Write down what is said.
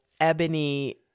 ebony